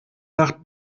nach